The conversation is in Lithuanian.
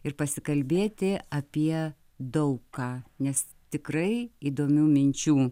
ir pasikalbėti apie daug ką nes tikrai įdomių minčių